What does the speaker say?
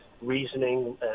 reasoning